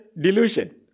delusion